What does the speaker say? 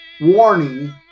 Warning